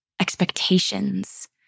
expectations